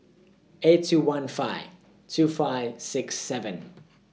eight two one five two five six seven